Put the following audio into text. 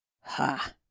Ha